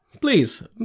Please